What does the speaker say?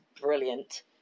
brilliant